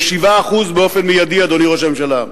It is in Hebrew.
וב-7% באופן מיידי, אדוני ראש הממשלה.